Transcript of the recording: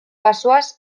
bazoaz